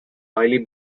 oily